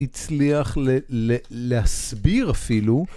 הצליח ל... להסביר אפילו.